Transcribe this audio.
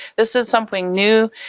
this is something new,